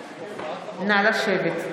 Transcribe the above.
המליאה.) נא לשבת.